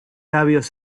labios